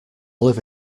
live